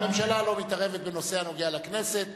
הממשלה לא מתערבת בנושא הנוגע לכנסת.